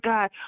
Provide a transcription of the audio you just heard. God